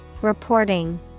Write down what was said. Reporting